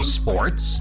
sports